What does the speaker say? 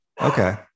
Okay